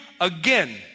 again